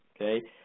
okay